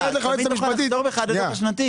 תמיד תוכל לחזור בך עד הדוח השנתי.